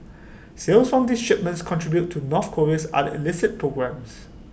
sales from these shipments contribute to north Korea's other illicit programmes